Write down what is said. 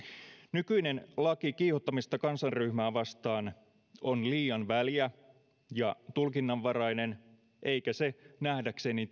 nykyinen laki kiihottamisesta kansanryhmää vastaan on liian väljä ja tulkinnanvarainen eikä se nähdäkseni